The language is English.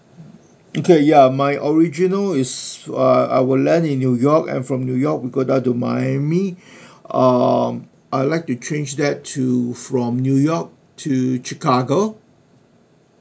okay ya my original is uh I will land in new york and from new york we go down to miami um I'd like to change that to from new york to chicago